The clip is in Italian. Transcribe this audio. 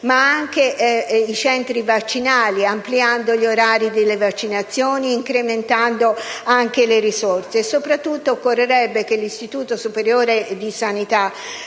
e i centri vaccinali ampliando gli orari delle vaccinazioni e incrementando le risorse. Soprattutto, occorrerebbe che l'Istituto superiore di sanità